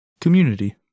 community